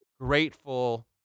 grateful